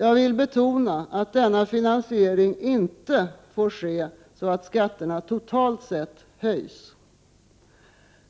Jag vill betona att denna finansiering inte får ske så att skatterna totalt sett höjs.